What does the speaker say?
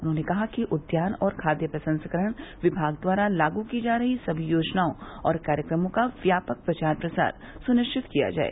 उन्होंने कहा कि उद्यान और खाद्य प्रसंस्करण विभाग द्वारा लागू की जा रही सभी योजनओं और कार्यक्रमों का व्यापक प्रचार प्रसार सुनिश्चित किया जाय